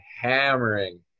hammering